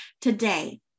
today